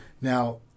now